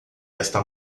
esta